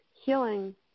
healing